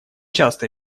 часто